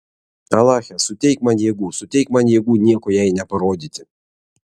alache suteik man jėgų suteik man jėgų nieko jai neparodyti